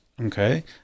Okay